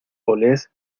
olés